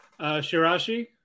Shirashi